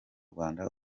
rwanda